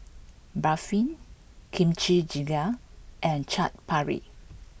Barfi Kimchi jjigae and Chaat Papri